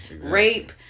Rape